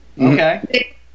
Okay